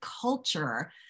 culture